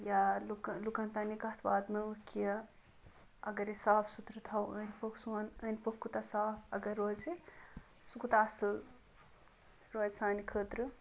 یا لُکَن تانۍ یہِ کتھ واتنٲوٕکھ کہِ اگر أسۍ صاف سُترٕ تھاوو أنٛدۍ پٔکۍ سون اوٚند پوٚکھ کوٗتاہ صاف اگر روزِ سُہ کوٗتاہ اصل روزِ سانہِ خٲطرٕ